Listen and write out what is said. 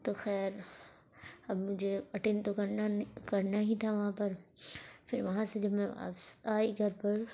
تو خیر اب مجھے اٹین تو کرنا کرنا ہی تھا وہاں پر پھر وہاں سے جب میں واپس آئی گھر پر